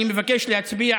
אני מבקש להצביע,